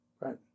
Right